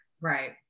Right